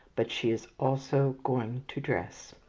but she is also going to dress.